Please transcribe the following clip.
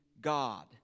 God